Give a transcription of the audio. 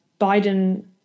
Biden